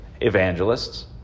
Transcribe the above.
evangelists